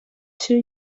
two